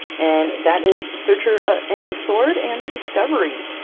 and that is searcher and the sword and the discovery.